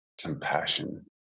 compassion